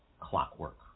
clockwork